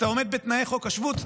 אתה עומד בתנאי חוק השבות,